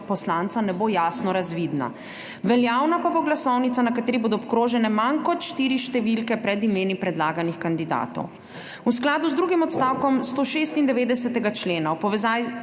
poslanca ne bo jasno razvidna. Veljavna pa bo glasovnica, na kateri bodo obkrožene manj kot štiri številke pred imeni predlaganih kandidatov. V skladu z drugim odstavkom 196. člena v povezavi